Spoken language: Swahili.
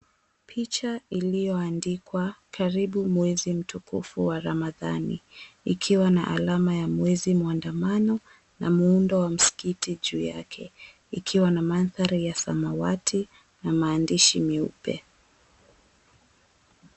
Picha iliyoandikwa, "Karibu Mwezi Mtukufu wa Ramadhani", ikiwa na alama ya mwezi mwandamano na muundo wa msikiti juu yake. Ikiwa na mandhari ya samawati na maandishi meupe.